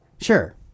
Sure